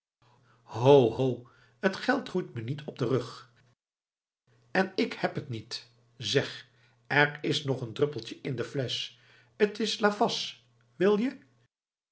ho t geld groeit me niet op den rug en ik heb het niet zeg er is nog een druppeltje in de flesch t is lavas wil je